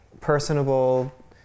personable